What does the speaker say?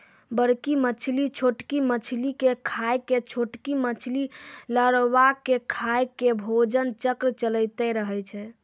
बड़की मछली छोटकी मछली के खाय के, छोटकी मछली लारवा के खाय के भोजन चक्र चलैतें रहै छै